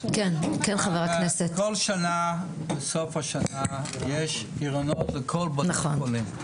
כל שנה בסוף השנה יש גירעונות לכל בתי החולים.